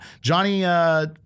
Johnny